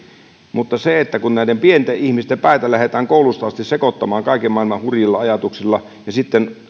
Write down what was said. mutta kun näiden pienten ihmisten päitä lähdetään koulusta asti sekoittamaan kaiken maailman hurjilla ajatuksilla ja sitten